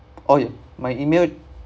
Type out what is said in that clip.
oh ya my email